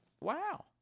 Wow